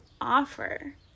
offer